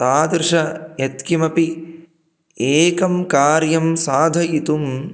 तादृशं यत् किमपि एकं कार्यं साधयितुं